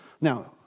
Now